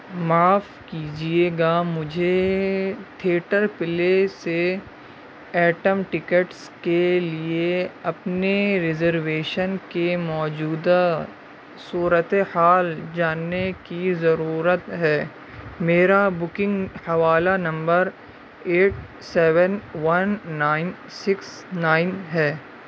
معاف کیجیے گا مجھے تھیٹر پلے سے ایٹم ٹکٹس کے لیے اپنے ریزرویشن کے موجودہ صورت حال جاننے کی ضرورت ہے میرا بکنگ حوالہ number eight seven one nine six nine ہے